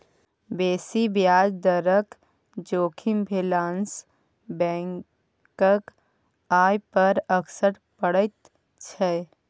बेसी ब्याज दरक जोखिम भेलासँ बैंकक आय पर असर पड़ैत छै